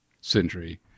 Century